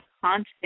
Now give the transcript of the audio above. constant